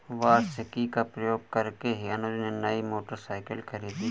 वार्षिकी का प्रयोग करके ही अनुज ने नई मोटरसाइकिल खरीदी